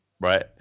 right